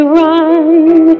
run